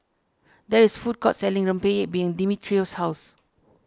there is food court selling Rempeyek behind Dimitrios' house